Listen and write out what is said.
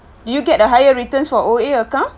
you get a higher returns for O_A account